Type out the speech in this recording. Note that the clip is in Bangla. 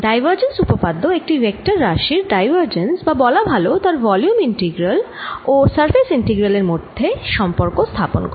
ডাইভারজেন্স উপপাদ্য একটি ভেক্টর রাশির ডাইভারজেন্স বা বলা ভাল তার ভলিউম ইন্টিগ্রাল ও সারফেস ইন্টিগ্রাল এর মধ্যে সম্পর্ক স্থাপন করে